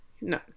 No